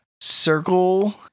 circle